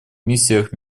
миссиях